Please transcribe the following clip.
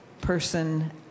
person